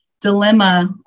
dilemma